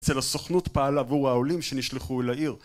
אצל הסוכנות פעל עבור העולים שנשלחו אל העיר